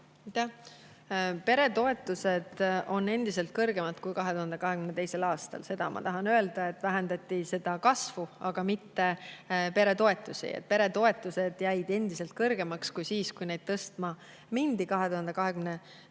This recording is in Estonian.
Peretoetused on endiselt kõrgemad kui 2022. aastal. Ma tahan öelda, et vähendati peretoetuste kasvu, aga mitte peretoetusi ennast. Peretoetused jäid endiselt kõrgemaks, kui nad olid siis, kui neid tõstma mindi, 2022.